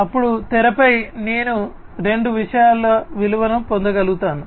అప్పుడు తెరపై నేను రెండు విషయాల విలువను పొందగలుగుతాను